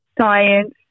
science